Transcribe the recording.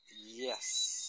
Yes